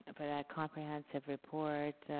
and for that comprehensive report.